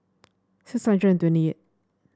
six hundred and twenty eight